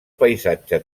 paisatge